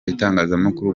itangazamakuru